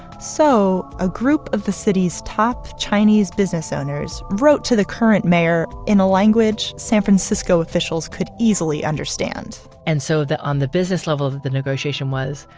so a group of the city's top chinese business owners wrote to the current mayor in a language san francisco officials could easily understand and so, on the business level of the negotiation was,